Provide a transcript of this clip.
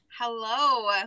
Hello